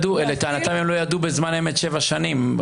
לטענתם הם לא ידעו בזמן אמת, שבע שנים.